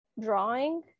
drawing